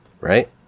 right